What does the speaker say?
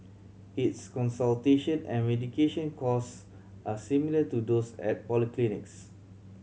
its consultation and medication cost are similar to those at polyclinics